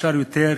אפשר יותר.